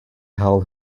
held